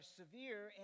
severe